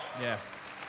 Yes